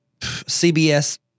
CBS